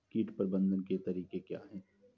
कीट प्रबंधन के तरीके क्या हैं?